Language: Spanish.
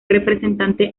representante